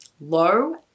Low